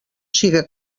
siga